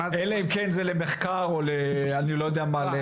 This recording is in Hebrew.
אלא אם כן זה למחקר או לאני לא יודע מה.